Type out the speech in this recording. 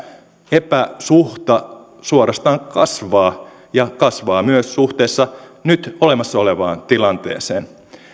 epäsuhta suorastaan kasvaa ja kasvaa myös suhteessa nyt olemassa olevaan tilanteeseen